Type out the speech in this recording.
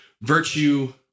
virtue